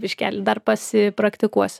biškeli dar pasipraktikuosiu